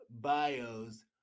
bios